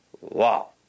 wow